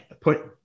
put